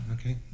Okay